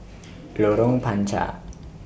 Lorong Panchar